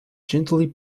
gently